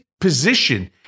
position